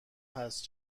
هست